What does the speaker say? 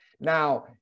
Now